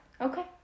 Okay